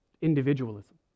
individualism